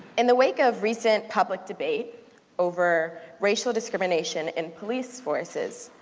in the wake of recent public debate over racial discrimination and police forces,